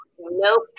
Nope